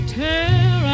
tear